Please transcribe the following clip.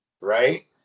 Right